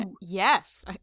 yes